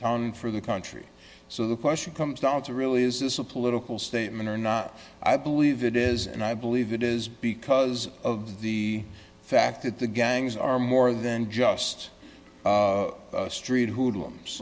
and for the country so the question comes down to really is this a political statement or not i believe it is and i believe it is because of the fact that the gangs are more than just street hoodlums